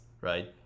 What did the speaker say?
right